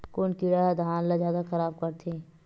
कोन कीड़ा ह धान ल जादा खराब करथे?